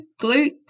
glutes